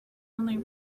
only